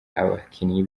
abakinyi